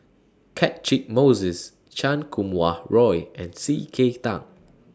Catchick Moses Chan Kum Wah Roy and C K Tang